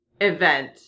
event